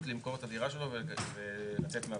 למכור את הדירה שלו ולצאת מהפרויקט.